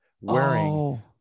wearing